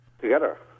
Together